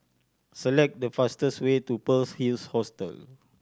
select the fastest way to Pearl's Hill Hostel